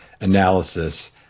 analysis